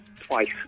Twice